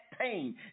pain